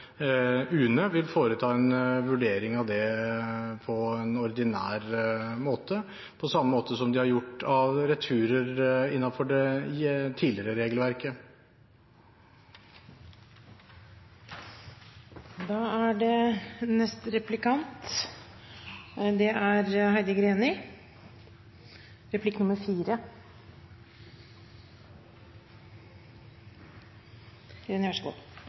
UNE vil foreta en vurdering av det på en ordinær måte – på samme måte som de har gjort med returer innenfor det tidligere regelverket. Talspersoner for Kristelig Folkeparti og Venstre er svært tilfreds med avtalen som er